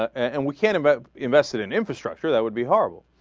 and we can about invest in infrastructure that would be hard